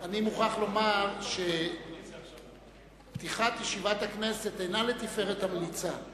אני מוכרח לומר שפתיחת ישיבת הכנסת אינה לתפארת המליצה,